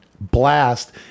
blast